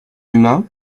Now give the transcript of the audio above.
humain